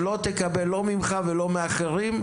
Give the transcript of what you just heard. שלא תקבל לא ממך ולא מאחרים,